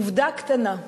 עובדה קטנה: